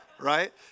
right